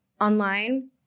online